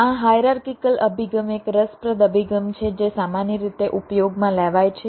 આ હાયરાર્કિકલ અભિગમ એક રસપ્રદ અભિગમ છે જે સામાન્ય રીતે ઉપયોગમાં લેવાય છે